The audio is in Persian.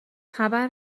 خبر